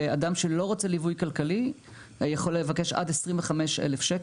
ואדם שלא רוצה ליווי כלכלי יכול לבקש עד 25,000 שקל.